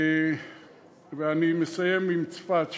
ואני מסיים עם צפת: